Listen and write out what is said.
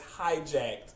hijacked